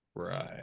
Right